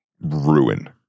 ruin